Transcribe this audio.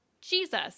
Jesus